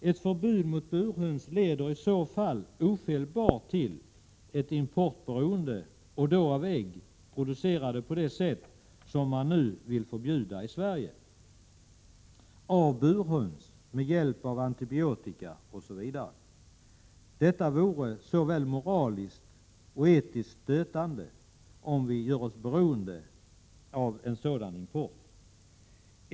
Ett förbud mot burhöns leder då ofelbart till ett importberoende och då av ägg, producerade på det sätt som man nu vill förbjuda i Sverige, av burhöns med hjälp av antibiotika osv. Detta vore såväl moraliskt som etiskt stötande.